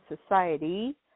society